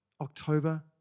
October